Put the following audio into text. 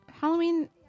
Halloween